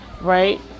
right